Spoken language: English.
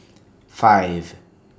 five